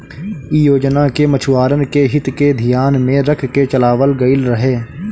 इ योजना के मछुआरन के हित के धियान में रख के चलावल गईल रहे